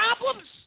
problems